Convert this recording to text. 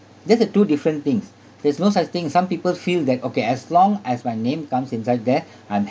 there's the two different things there is no such thing some people feel that okay as long as my name comes inside there I'm